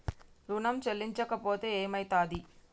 ఋణం చెల్లించకపోతే ఏమయితది?